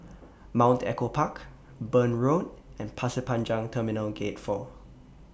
Mount Echo Park Burn Road and Pasir Panjang Terminal Gate four